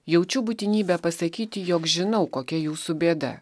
jaučiu būtinybę pasakyti jog žinau kokia jūsų bėda